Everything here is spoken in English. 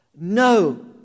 No